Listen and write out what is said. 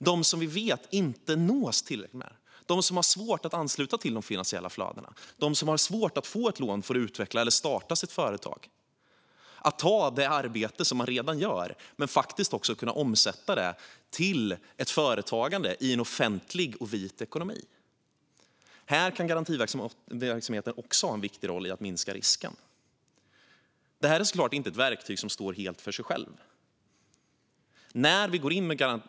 Det är de som vi vet inte nås tillräckligt, de som har svårt att ansluta till de finansiella flödena och de som har svårt att få ett lån för att utveckla eller starta sitt företag och ta det arbete som de redan gör men faktiskt kunna omsätta det till ett företagande i en offentlig och vit ekonomi. Här kan garantiverksamheten ha en viktig roll för att minska risken. Det är såklart inte ett verktyg som står helt för sig självt.